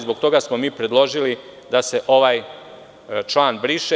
Zbog toga smo mi predložili da se ovaj član briše.